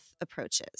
approaches